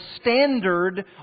standard